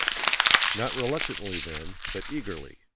not reluctantly, then, but eagerly,